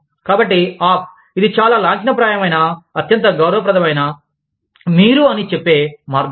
కాబట్టి ఆప్ ఇది చాలా లాంఛనప్రాయమైన అత్యంత గౌరవప్రదమైన మీరు అని చెప్పే మార్గం